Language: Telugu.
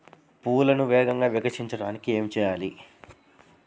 పువ్వులను వేగంగా వికసింపచేయటానికి ఏమి చేయాలి?